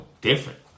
different